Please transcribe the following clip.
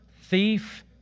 thief